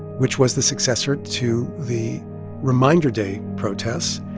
which was the successor to the reminder day protests.